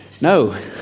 No